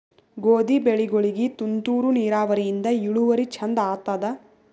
ಗೋಧಿ ಬೆಳಿಗೋಳಿಗಿ ತುಂತೂರು ನಿರಾವರಿಯಿಂದ ಇಳುವರಿ ಚಂದ ಆತ್ತಾದ?